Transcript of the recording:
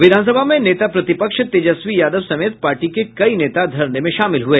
विधानसभा में नेता प्रतिपक्ष तेजस्वी यादव समेत पार्टी के कई नेता धरने में शामिल हुए